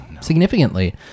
significantly